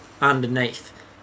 underneath